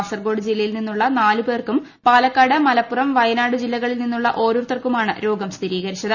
കാസർഗോഡ് ജില്ലയിൽ നിന്നുള്ള നാല് പേർക്കും പാലക്കാട് മലപ്പുറം വയനാട് ജില്ലകളിൽ നിന്നുള്ള ഓരോരുത്തർ ക്കുമാണ് രോഗം സ്ഥിരീകരിച്ചത്